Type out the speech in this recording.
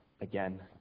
again